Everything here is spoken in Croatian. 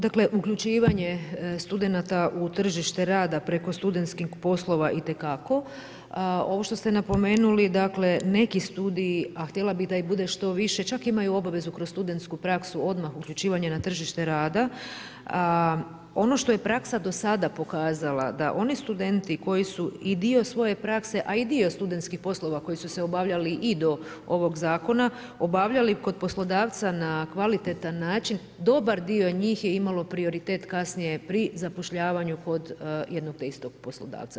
Dakle uključivanje studenata u tržite rada preko studentskih poslova itekako, ovo što ste napomenuli, dakle neki studiji, a htjela bih da ih bude što više čak imaju obavezu kroz studentsku praksu odmah uključivanje na tržište rada, a ono što je praksa do sada pokazala da oni studenti koji su i dio svoje prakse, a i dio studentskih poslova koji su se obavljali i do ovog zakona, obavljali kod poslodavca na kvalitetan način, dobar dio njih je imalo prioritet kasnije pri zapošljavanju kod jedno te istog poslodavca.